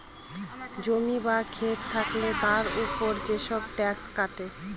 জমি বা খেত থাকলে তার উপর যেসব ট্যাক্স কাটে